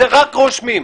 רק רושמים.